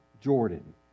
Jordan